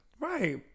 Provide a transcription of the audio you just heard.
Right